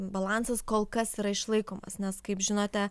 balansas kol kas yra išlaikomas nes kaip žinote